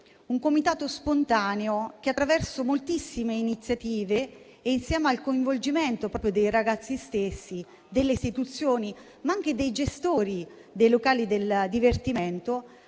un comitato spontaneo che, attraverso moltissime iniziative e con il coinvolgimento dei ragazzi stessi, delle istituzioni, ma anche dei gestori dei locali del divertimento,